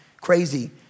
crazy